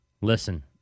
Listen